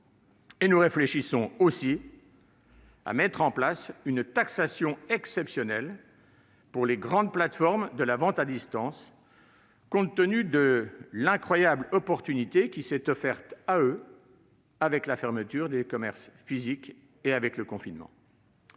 ! Nous réfléchissons aussi à mettre en place une taxation exceptionnelle des grandes plateformes de la vente à distance, compte tenu de l'incroyable aubaine qui s'est offerte à elles avec la fermeture des commerces physiques et le confinement.